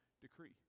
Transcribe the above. decree